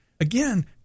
Again